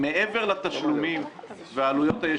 למערכת הבחירות הזו יש תשלומים ועלויות.